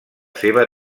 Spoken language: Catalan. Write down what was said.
seva